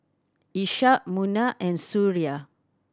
Ishak Munah and Suria